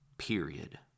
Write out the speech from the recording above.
Period